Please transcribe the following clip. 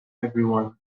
everyone